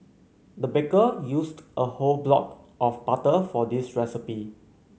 the baker used a whole block of butter for this recipe